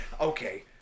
Okay